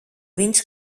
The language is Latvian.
viņš